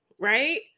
Right